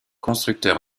constructeur